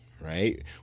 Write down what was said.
right